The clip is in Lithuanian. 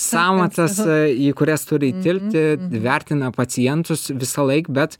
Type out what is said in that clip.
sąmatas į kurias turi įtilpti įvertina pacientus visąlaik bet